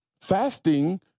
Fasting